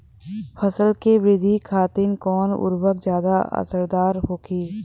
फसल के वृद्धि खातिन कवन उर्वरक ज्यादा असरदार होखि?